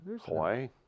Hawaii